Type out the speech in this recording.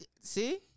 See